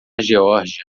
geórgia